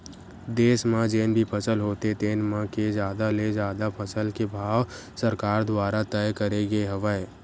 देस म जेन भी फसल होथे तेन म के जादा ले जादा फसल के भाव सरकार दुवारा तय करे गे हवय